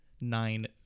nine